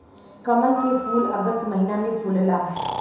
कमल के फूल अगस्त महिना में फुलला